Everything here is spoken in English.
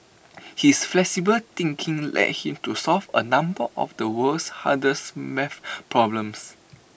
his flexible thinking led him to solve A number of the world's hardest math problems